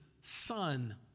son